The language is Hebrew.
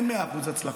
אין 100% הצלחות,